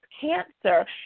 cancer